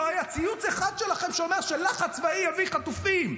לא היה ציוץ אחד שלכם שאומר שלחץ צבאי יביא חטופים.